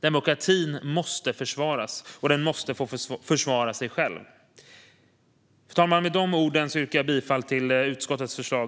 Demokratin måste försvaras, och den måste få försvara sig själv. Fru talman! Jag yrkar bifall till utskottets förslag.